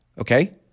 okay